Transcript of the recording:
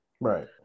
right